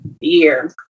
year